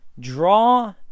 Draw